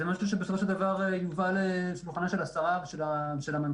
זה דבר שיובא בסופן של דבר לשולחנה של השרה ושל המנכ"ל,